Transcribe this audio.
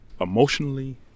Emotionally